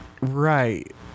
right